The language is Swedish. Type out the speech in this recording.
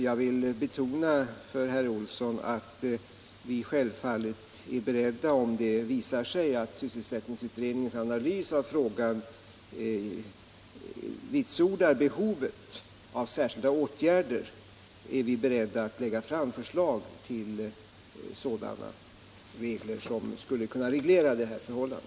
Jag vill betona för herr Olsson att vi självfallet, om det visar sig att sysselsättningsutredningens analys av frågan vitsordar behovet av särskilda åtgärder, är beredda att lägga fram förslag till regler som skulle kunna reglera detta förhållande.